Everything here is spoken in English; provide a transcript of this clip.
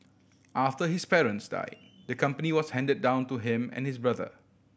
after his parents died the company was handed down to him and his brother